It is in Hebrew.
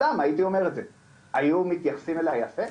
סתם הייתי אומר את זה, היו מתייחסים אליי יפה?